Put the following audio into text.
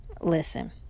Listen